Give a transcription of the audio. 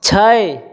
छै